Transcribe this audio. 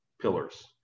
pillars